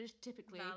typically